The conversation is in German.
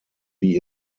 wie